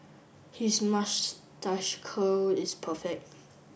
his mustache curl is perfect